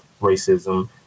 racism